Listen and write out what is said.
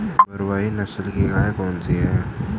भारवाही नस्ल की गायें कौन सी हैं?